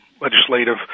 legislative